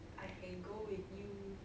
I can go with you